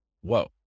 whoa